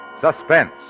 Suspense